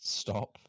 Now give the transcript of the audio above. stop